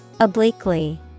Obliquely